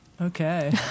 Okay